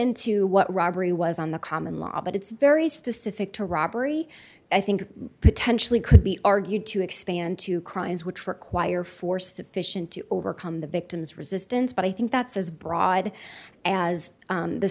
into what robbery was on the common law but it's very specific to robbery i think potentially could be argued to expand to crimes which require for sufficient to overcome the victim's resistance but i think that's as broad as